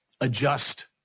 adjust